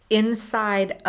inside